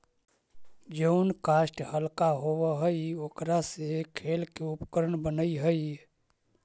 जउन काष्ठ हल्का होव हई, ओकरा से खेल के उपकरण बनऽ हई